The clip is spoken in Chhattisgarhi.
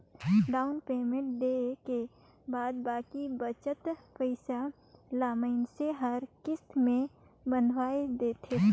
डाउन पेमेंट देय के बाद बाकी बचत पइसा ल मइनसे हर किस्त में बंधवाए देथे